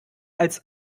als